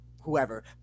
whoever